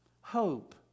Hope